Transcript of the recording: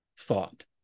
thought